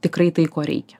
tikrai tai ko reikia